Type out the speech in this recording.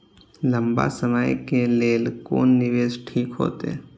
लंबा समय के लेल कोन निवेश ठीक होते?